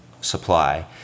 supply